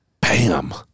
Bam